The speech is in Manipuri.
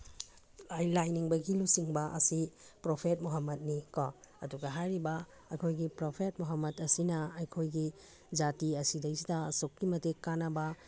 ꯂꯥꯏꯅꯤꯡꯕꯒꯤ ꯂꯨꯆꯤꯡꯕ ꯑꯁꯤ ꯄ꯭ꯔꯣꯐꯦꯠ ꯃꯣꯍꯃꯠꯅꯤ ꯀꯣ ꯑꯗꯨꯒ ꯍꯥꯏꯔꯤꯕ ꯑꯩꯈꯣꯏꯒꯤ ꯄ꯭ꯔꯣꯐꯦꯠ ꯃꯣꯍꯃꯠ ꯑꯁꯤꯅ ꯑꯩꯈꯣꯏꯒꯤ ꯖꯥꯇꯤ ꯑꯁꯤꯗꯒꯤꯁꯤꯗ ꯑꯁꯨꯛꯀꯤ ꯃꯇꯤꯛ ꯀꯥꯟꯅꯕ